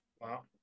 Wow